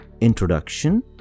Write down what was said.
introduction